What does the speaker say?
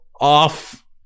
off